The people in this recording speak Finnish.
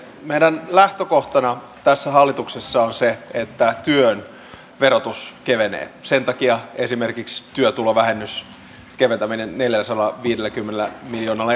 meidän lähtökohtana on tässä hallituksessa on se että työn verotus kevenee sen takia esimerkiks työtulovähennys keventäminen nielee salaa viidelläkymmenellä miljoonalla ja